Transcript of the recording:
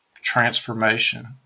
transformation